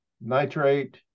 nitrate